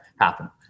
happen